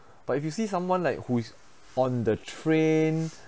but if you see someone like who is on the train